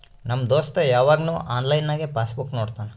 ನಮ್ ದೋಸ್ತ ಯವಾಗ್ನು ಆನ್ಲೈನ್ನಾಗೆ ಪಾಸ್ ಬುಕ್ ನೋಡ್ತಾನ